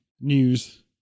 news